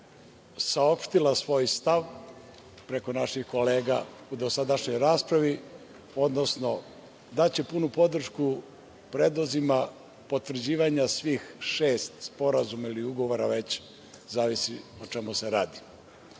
saopštila svoj stav preko naših kolega u dosadašnjoj raspravi, odnosno daće punu podršku predlozima potvrđivanja svih šest sporazuma ili ugovora, već zavisi o čemu se radi.